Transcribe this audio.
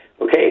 okay